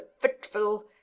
fitful